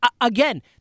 Again